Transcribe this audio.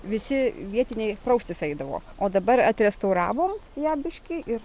visi vietiniai praustis eidavo o dabar restauravom ją biškį ir